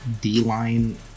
D-line